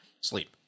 Sleep